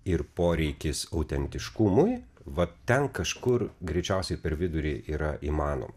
ir poreikis autentiškumui va ten kažkur greičiausiai per vidurį yra įmanoma